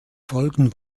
folgen